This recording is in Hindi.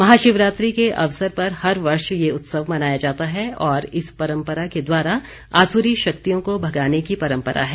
महाशिवरात्रि के अवसर पर हर वर्ष ये उत्सव मनाया जाता है और इस परम्परा के द्वारा असुर शक्तियों को भगाने की परम्परा है